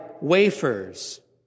wafers